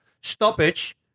stoppage